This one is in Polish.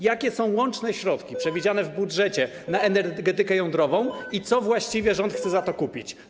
Jakie są łączne środki przewidziane w budżecie na energetykę jądrową i co właściwe rząd chce za to kupić?